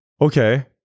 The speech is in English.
okay